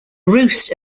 roost